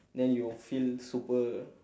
then you'll feel super